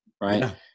right